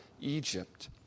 Egypt